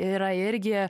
yra irgi